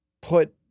put